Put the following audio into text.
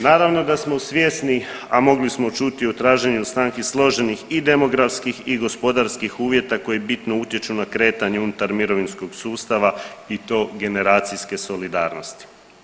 Naravno da smo svjesni, a mogli smo čuti i u traženju stanki složenih i demografskih i gospodarskih uvjeta koji bitno utječu na kretanje unutar mirovinskog sustava i to generacijske solidarnosti.